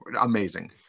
amazing